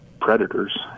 predators